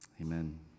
amen